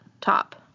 top